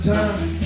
time